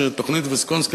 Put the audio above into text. שתוכנית ויסקונסין,